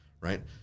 right